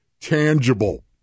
tangible